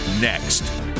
Next